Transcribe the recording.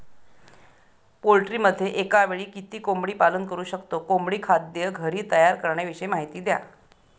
पोल्ट्रीमध्ये एकावेळी किती कोंबडी पालन करु शकतो? कोंबडी खाद्य घरी तयार करण्याविषयी माहिती द्या